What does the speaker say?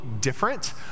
different